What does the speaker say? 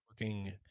working